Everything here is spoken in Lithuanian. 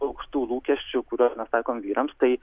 aukštų lūkesčių kuriuos mes taikom vyrams tai